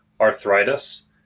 arthritis